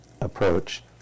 approach